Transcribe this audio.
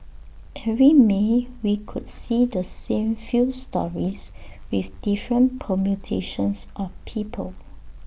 every may we could see the same few stories with different permutations of people